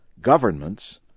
governments